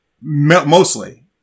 mostly